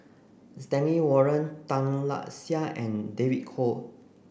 Stanley Warren Tan Lark Sye and David Kwo